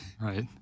Right